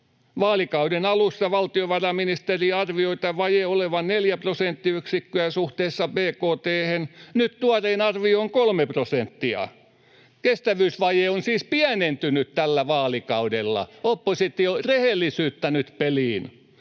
Vaalikauden alussa valtiovarainministeri arvioi tämän vajeen olevan neljä prosenttiyksikköä suhteessa bkt:hen, nyt tuorein arvio on kolme prosenttia. Kestävyysvaje on siis pienentynyt tällä vaalikaudella. Oppositio, rehellisyyttä nyt peliin.